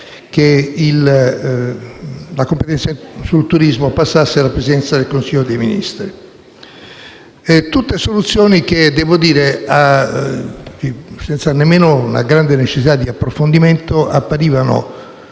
che la competenza sul turismo passasse alla Presidenza del Consiglio dei ministri. Sono tutte soluzioni che devo dire, senza nemmeno una grande necessità di approfondimento, apparivano